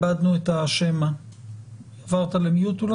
כן, עד ה-18 למעשה זה היה במסגרת הפיילוט על